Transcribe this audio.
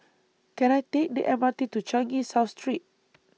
Can I Take The M R T to Changi South Street